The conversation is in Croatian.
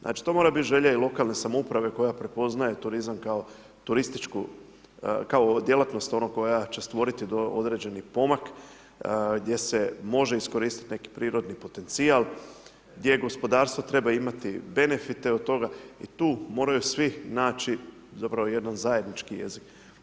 Znači to mora biti želja i lokalne samouprave koja prepoznaje turizam kao djelatnost koja će stvoriti određeni pomak gdje se može iskoristiti neki prirodni potencijal, gdje gospodarstvo treba imati benefite od toga i tu moraju svi naći zapravo jedan zajednički jezik.